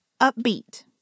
upbeat